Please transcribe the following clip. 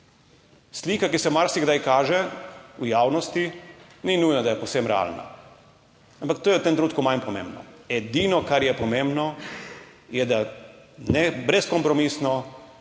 Slika, ki se marsikdaj kaže v javnosti, ni nujno, da je povsem realna, ampak to je v tem trenutku manj pomembno. Edino, kar je pomembno, je, da ne brezkompromisno